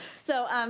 so,